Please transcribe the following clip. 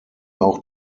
auch